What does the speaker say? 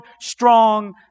strong